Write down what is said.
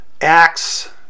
acts